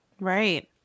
Right